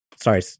sorry